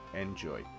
enjoy